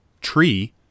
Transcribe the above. tree